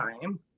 time